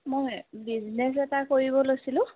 মই বিজনেছ এটা কৰিব লৈছিলোঁ